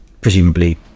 presumably